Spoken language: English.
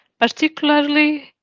particularly